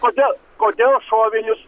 kodėl kodėl šovinius